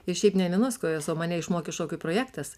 ir šiaip ne ant vienos kojos o mane išmokė šokių projektas